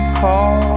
call